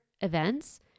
events